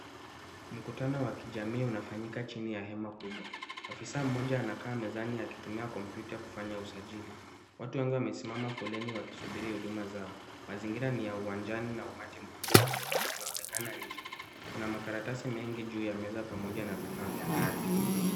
Mkutano wa kijamii unafanyika chini ya hema kubwa, afisa mmoja nakaa mezani akitumia kompiuta kufanya usajili. Watu wengi wamesimama foleni wakisubiri huduma zao, mazingira ni ya uwanjani na umati mkubwa unaonekana nje. Kuna makaratasi mengi juu ya meza pamoja na vifaa vya kazi.